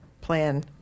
plan